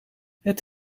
het